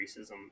racism